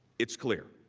it's clear.